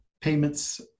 Payments